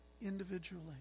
individually